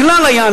הכלל היה,